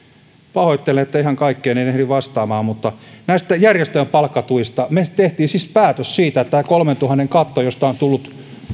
pahoittelen että ihan kaikkeen en ehdi vastaamaan mutta näistä järjestöjen palkkatuista me teimme siis päätöksen siitä että tämä kolmentuhannen katto josta on tullut